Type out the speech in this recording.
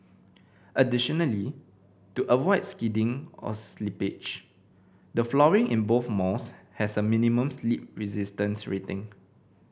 additionally to avoid skidding or slippage the flooring in both malls has a minimum slip resistance rating